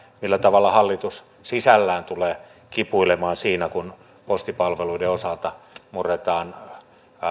millä tavalla hallitus sisällään tulee kipuilemaan siinä kun postipalveluiden osalta murretaan